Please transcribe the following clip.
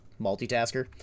multitasker